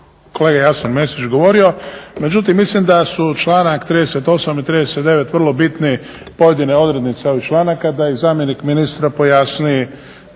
kolega Jasen Mesić govorio, međutim mislim da su članak 38. i 39. vrlo bitni, pojedine odrednice ovih članaka da ih zamjenik ministra pojasni